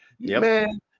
Man